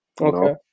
Okay